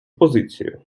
позицію